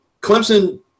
Clemson –